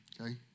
okay